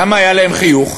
למה היה להם חיוך?